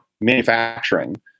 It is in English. manufacturing